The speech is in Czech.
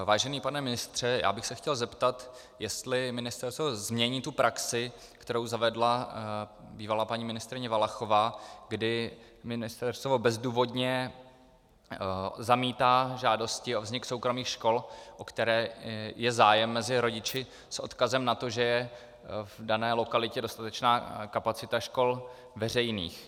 Vážený pane ministře, já bych se chtěl zeptat, jestli ministerstvo změní praxi, kterou zavedla bývalá paní ministryně Valachová, kdy ministerstvo bezdůvodně zamítá žádosti o vznik soukromých škol, o které je zájem mezi rodiči, s odkazem na to, že je v dané lokalitě dostatečná kapacita škol veřejných.